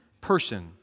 person